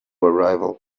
arrival